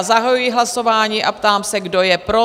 Zahajuji hlasování a ptám se, kdo je pro?